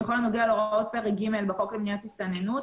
בכל הנוגע להוראות פרק ג' בחוק למניעת הסתננות.